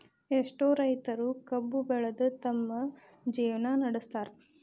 ಎಷ್ಟೋ ರೈತರು ಕಬ್ಬು ಬೆಳದ ತಮ್ಮ ಜೇವ್ನಾ ನಡ್ಸತಾರ